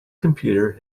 computer